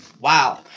wow